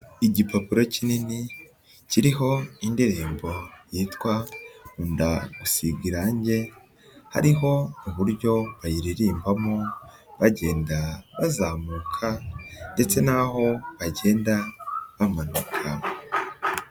Igipapuro kinini kiriho indirimbo yitwa "Nkunda Gusiga Irangie". Hariho uburyo bayiririmbamo bagenda bazamuka ndetse n'aho bagenda bamanuka.